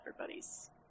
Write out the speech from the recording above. Everybody's